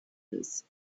this